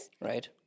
Right